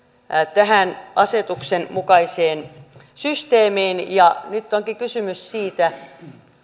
tähän asetuksen mukaiseen systeemiin nyt onkin kysymys siitä